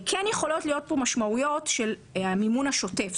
יכולות להיות משמעויות של המימון השוטף.